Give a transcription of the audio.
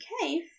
cave